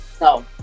No